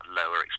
lower